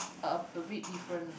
uh a bit different